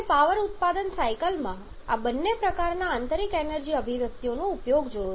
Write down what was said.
આપણે પાવર ઉત્પાદન સાયકલ માં આ બંને પ્રકારના આંતરિક એનર્જી અભિવ્યક્તિઓનો ઉપયોગ જોયો છે